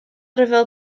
ryfel